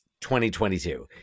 2022